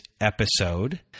episode